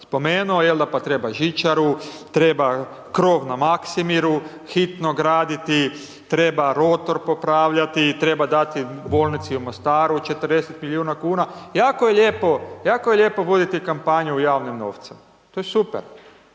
spomenuo jel da, pa treba žičaru, treba krov na Maksimiru hitno graditi, treba rotor popravljati, treba dati bolnici u Mostaru 40 milijuna kuna, jako je lijepo voditi kampanju javnim novcem, to je super,